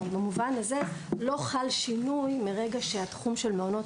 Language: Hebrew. במובן זה לא חל שינוי מהרגע שתחום מעונות